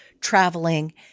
traveling